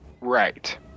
Right